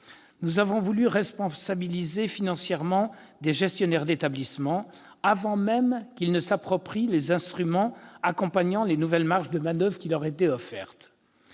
Nous avons voulu responsabiliser financièrement des gestionnaires d'établissements, avant même qu'ils s'approprient les instruments accompagnant les nouvelles marges de manoeuvre qui leur étaient offertes